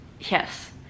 yes